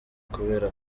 kubera